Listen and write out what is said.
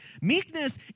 Meekness